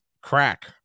crack